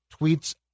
tweets